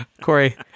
Corey